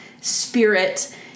spirit